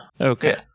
Okay